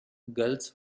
girls